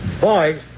Boys